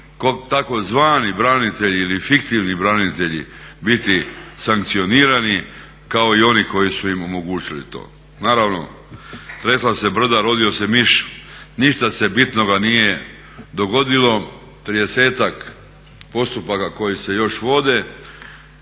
ti tzv. branitelji ili fiktivni branitelji biti sankcionirani kao i oni koji su im omogućili to. Naravno, tresla se brda rodio se miš. Ništa se bitnoga nije dogodilo. Tridesetak postupaka koji se još vode,